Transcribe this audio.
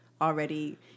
already